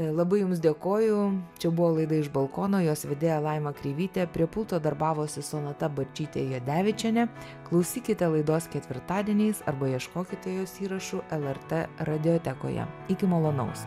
labai jums dėkoju čia buvo laida iš balkono jos vedėja laima kreivytė prie pulto darbavosi sonata barčytė jadevičienė klausykite laidos ketvirtadieniais arba ieškokite jos įrašų lrt radiotekoje iki malonaus